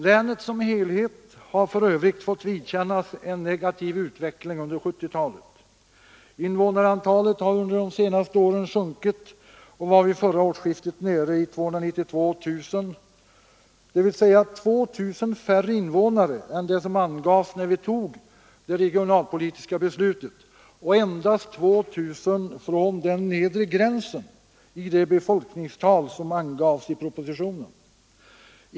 Länet som helhet har för övrigt fått vidkännas en negativ utveckling under 1970-talet. Invånarantalet har under de senaste åren sjunkit, och det var vid förra årsskiftet nere i 292 000 dvs. 2 000 invånare färre än det antal som angavs när vi fattade det regionalpolitiska beslutet och endast 2 000 från den nedre gränsen i det befolkningstal som angavs i propositionen.